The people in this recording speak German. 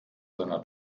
seiner